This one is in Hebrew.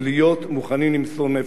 40,000 איש ולהיות מוכנים למסור נפש.